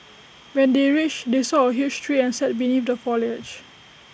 when they reached they saw A huge tree and sat beneath the foliage